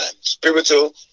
spiritual